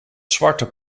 zwarte